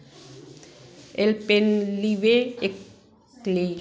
Alpenliebe एक्लेय